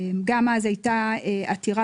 גם אז הייתה עתירה